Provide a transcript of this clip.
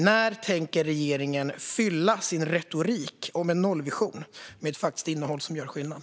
När tänker regeringen fylla sin retorik om en nollvision med ett innehåll som faktiskt gör skillnad?